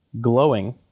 glowing